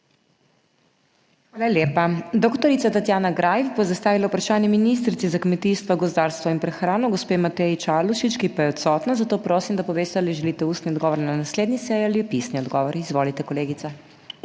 Hvala lepa. Dr. Tatjana Greif bo zastavila vprašanje ministrici za kmetijstvo, gozdarstvo in prehrano, gospe Mateji Čalušić, ki pa je odsotna, zato prosim, da poveste, ali želite ustni odgovor na naslednji seji ali pisni odgovor. Izvolite, kolegica.